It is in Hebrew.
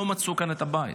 לא מצאו כאן את הבית.